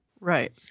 right